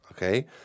Okay